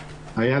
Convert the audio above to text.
אמרה,